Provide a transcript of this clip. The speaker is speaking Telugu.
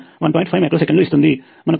5 మైక్రో సెకన్లు ఇస్తుంది మనకు 1